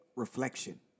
Reflection